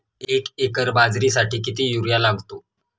एक एकर बाजरीसाठी किती युरिया लागतो?